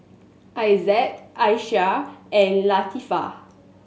Izzat Aisyah and Latifa